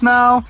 now